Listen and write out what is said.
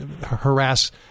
harass